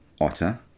otter